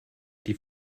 die